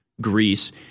Greece